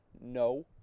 No